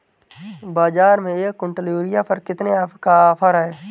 बाज़ार में एक किवंटल यूरिया पर कितने का ऑफ़र है?